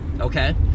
Okay